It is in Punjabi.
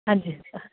ਹਾਂਜੀ